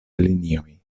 linioj